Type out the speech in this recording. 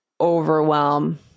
overwhelm